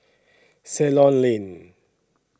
Ceylon Lane